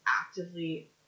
actively